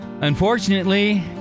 Unfortunately